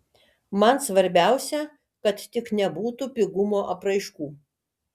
man svarbiausia kad tik nebūtų pigumo apraiškų